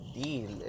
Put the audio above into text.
deal